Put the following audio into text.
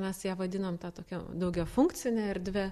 mes ją vadinam ta tokia daugiafunkcine erdve